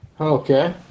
okay